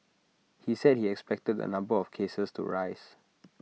he said he expected the number of cases to rise